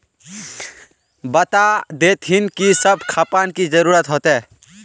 बता देतहिन की सब खापान की जरूरत होते?